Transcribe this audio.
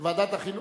למה?